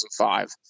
2005